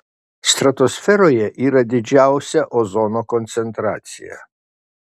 stratosferoje yra didžiausia ozono koncentracija